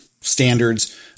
standards